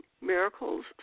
miracles